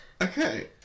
Okay